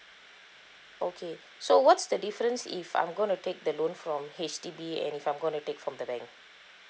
okay so what's the difference if I'm gonna take the loan from H_D_B and if I'm gonna take from the bank